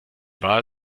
wahl